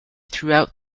throughout